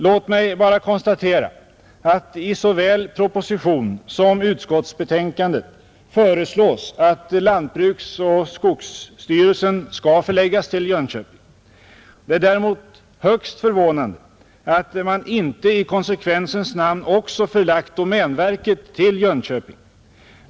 Låt mig bara konstatera att i såväl propositionen som utskottsbetänkandet föreslås att lantbruksoch skogsstyrelserna skall förläggas till Jönköping. Det är däremot högst förvånande att man inte i konsekvensens namn också förlagt domänverket till Jönköping.